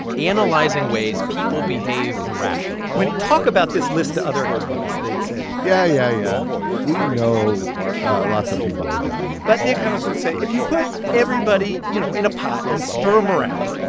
analyzing ways people behave irrationally when he talked about this list the other economists, they'd say. yeah, yeah, yeah we know lots of people are dumb but the economists would say if you put everybody, you know, in a pot and stir them um around,